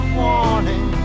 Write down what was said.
warning